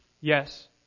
yes